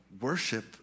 worship